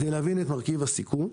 כדי להבין את מרכיב הסיכון,